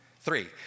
Three